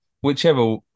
whichever